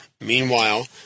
Meanwhile